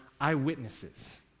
eyewitnesses